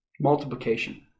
Multiplication